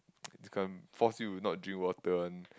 this kind force you to not drink water one